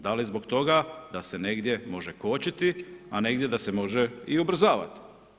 Da li zbog toga da se negdje može kočiti, a negdje da se može i ubrzavati.